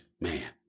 man